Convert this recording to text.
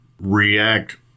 react